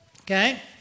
Okay